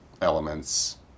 elements